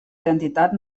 identitat